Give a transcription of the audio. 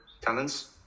talents